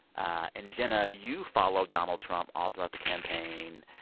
and, jenna, you followed donald trump all throughout the campaign.